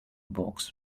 box